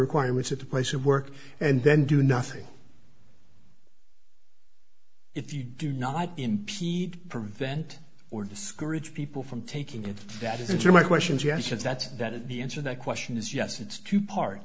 requirements at the place of work and then do nothing if you do not impede prevent or discourage people from taking it that isn't true my question is yes and that's that is the answer that question is yes it's two part